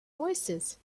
voicesand